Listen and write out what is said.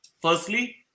Firstly